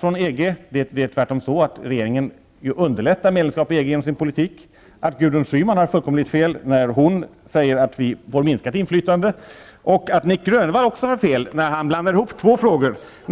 från EG. Det är tvärtom så att regeringen genom sin politik underlättar ett medlemskap i EG. Gudrun Schyman hade fullkomligt fel när hon sade att vi kommer att få minskat inflytande. Nic Grönvall hade också fel, eftersom han blandade ihop två frågor.